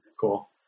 cool